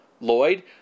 Lloyd